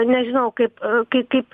nežinau kaip kaip kaip